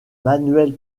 manuel